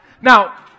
Now